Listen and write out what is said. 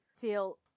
feel